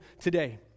today